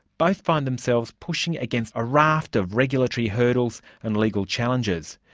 both find themselves pushing against a raft of regulatory hurdles and legal challenges.